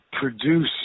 produce